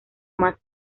más